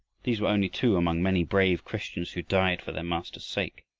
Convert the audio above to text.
these were only two among many brave christians who died for their master's sake.